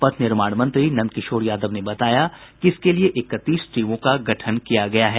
पथ निर्माण मंत्री नंदकिशोर यादव ने बताया कि इसके लिए इकतीस टीमों का गठन किया गया है